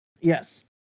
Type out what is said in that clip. Yes